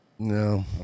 No